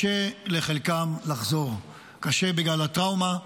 ולחלקם קשה לחזור, קשה בגלל הטראומה,